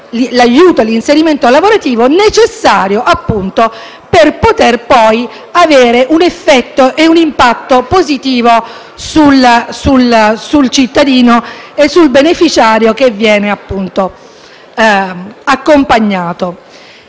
l'aiuto all'inserimento lavorativo, necessario per avere poi un effetto e un impatto positivo sul cittadino e sul beneficiario che viene accompagnato.